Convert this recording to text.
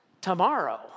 tomorrow